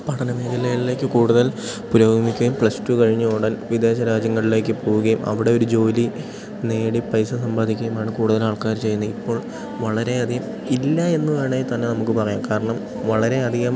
പഠന മേഖലകളിലേക്ക് കൂടുതൽ പുരോഗമിക്കുകയും പ്ലസ് ടു കഴിഞ്ഞ ഉടൻ വിദേശ രാജ്യങ്ങളിലേക്കു പോകുകയും അവിടെ ഒരു ജോലി നേടി പൈസ സമ്പാദിക്കുകയുമാണ് കൂടുതൽ ആൾക്കാർ ചെയ്യുന്നത് ഇപ്പോൾ വളരെയധികം ഇല്ല എന്നു വേണേ തന്നെ നമുക്ക് പറയാം കാരണം വളരെയധികം